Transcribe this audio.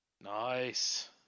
nice